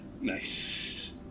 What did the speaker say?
Nice